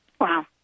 Wow